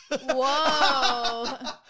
Whoa